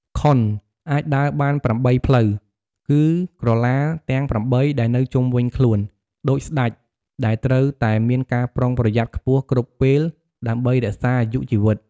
ខុន អាចដើរបានប្រាំបីផ្លូវ គឺក្រឡាទាំងប្រាំបីដែលនៅជុំវិញខ្លួន ដូចស្តេចដែលត្រូវតែមានការប្រុងប្រយ័ត្នខ្ពស់គ្រប់ពេលដើម្បីរក្សាអាយុជីវិត។